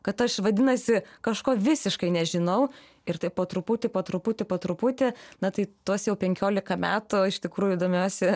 kad aš vadinasi kažko visiškai nežinau ir taip po truputį po truputį po truputį na tai tuos jau penkiolika metų iš tikrųjų domiuosi